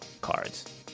cards